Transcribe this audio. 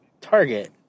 Target